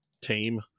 team